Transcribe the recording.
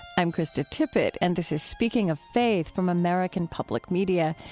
i'm krista tippett, and this is speaking of faith from american public media.